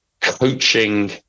coaching